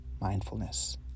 mindfulness